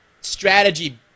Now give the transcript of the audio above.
strategy